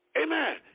Amen